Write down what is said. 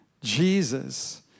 jesus